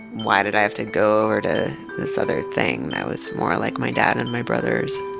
why did i have to go over to this other thing that was more like my dad and my brothers?